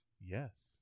Yes